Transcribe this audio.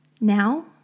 Now